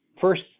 First